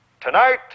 Tonight